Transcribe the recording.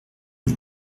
rue